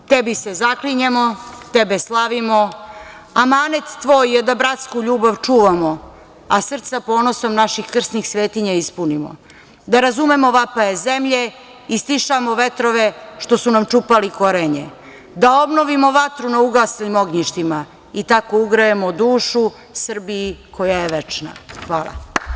Tebi se zaklinjemo, tebe slavimo, amanet tvoj je da bratsku ljubav čuvamo, a srca ponosom naših krsnih svetinja ispunimo, da razumemo vapaje zemlje i stišamo vetrove što su nam čupali korenje, da obnovimo vatru na ugašenim ognjištima i tako ugrejemo dušu Srbiji koja je večna.“ Hvala.